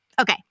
Okay